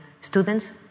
students